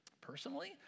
Personally